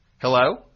Hello